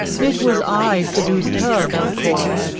it was i seduced her, belcour.